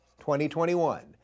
2021